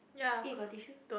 eh got tissue